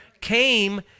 came